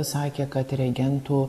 sakė kad reagentų